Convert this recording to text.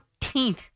14th